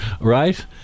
right